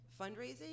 Fundraising